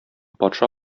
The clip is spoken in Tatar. патша